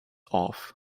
off